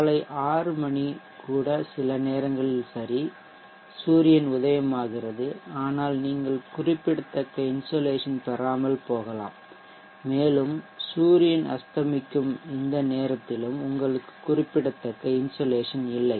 காலை 6 மணி கூட சில நேரங்களில் சரிசூரியன் உதயமாகிறது ஆனால் நீங்கள் குறிப்பிடத்தக்க இன்சோலேஷன் பெறாமல் போகலாம் மேலும் சூரியன் அஸ்தமிக்கும் இந்த நேரத்திலும் உங்களுக்கு குறிப்பிடத்தக்க இன்சோலேஷன் இல்லை